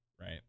right